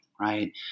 right